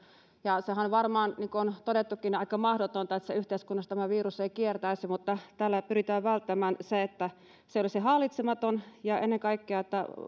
sehän varmaan niin kuin on todettukin on aika mahdotonta että yhteiskunnassa tämä virus ei kiertäisi mutta tällä pyritään välttämään se että se olisi hallitsematon ennen kaikkea